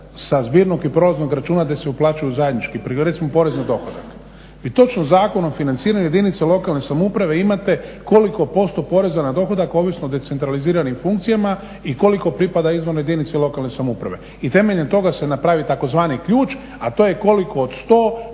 sa zbirnog i prolaznog računa gdje se uplaćuju zajednički prihodi, recimo porez na dohodak i točno Zakon o financiranju jedinica lokalne samouprave imate koliko posto poreza na dohodak ovisno o decentraliziranim funkcijama i koliko pripada izvan jedinice lokalne samouprave i temeljem toga se napravi tzv. ključ a to je koliko od 100